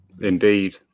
Indeed